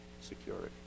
security